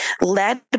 led